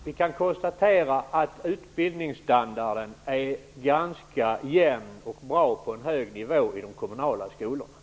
Herr talman! Vi kan konstatera att utbildningsstandarden är ganska jämn och bra och på en hög nivå i de kommunala skolorna.